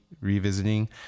revisiting